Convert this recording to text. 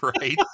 Right